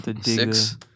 six